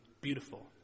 beautiful